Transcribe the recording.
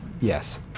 Yes